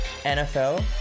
NFL